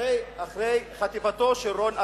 הרי אחרי חטיפתו של רון ארד,